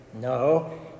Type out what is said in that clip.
No